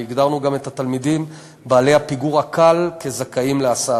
והגדרנו גם את התלמידים בעלי הפיגור הקל כזכאים להסעה,